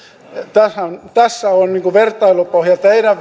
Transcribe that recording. tässä on vertailupohja teidän